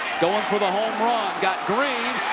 going for the home run. got green.